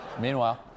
Meanwhile